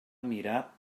mirar